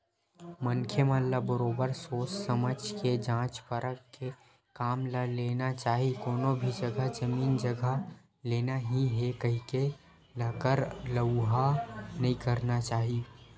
मनखे मन ल बरोबर सोझ समझ के जाँच परख के काम ल लेना चाही कोनो भी जघा जमीन जघा लेना ही हे कहिके लकर लउहा नइ करना चाही